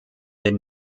den